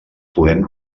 podem